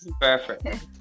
Perfect